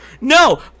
No